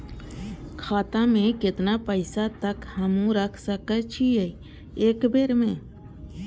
खाता में केतना पैसा तक हमू रख सकी छी एक बेर में?